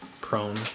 prone